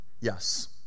yes